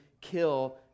kill